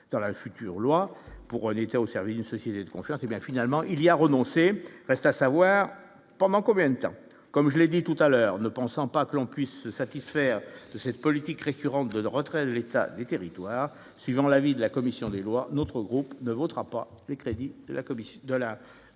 dans la future loi pour un État au service d'une société de confiance et bien finalement il y a renoncé, reste à savoir pendant combien de temps comme je l'ai dit tout à l'heure, ne pensant pas que l'on puisse se satisfaire de cette politique récurrente de retraite, l'état des territoires, suivant l'avis de la commission des lois, notre groupe ne votera pas les crédits de la commission de la